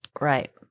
Right